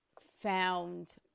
found